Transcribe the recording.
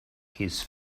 his